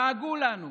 לעגו לנו,